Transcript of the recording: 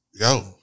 yo